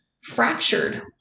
fractured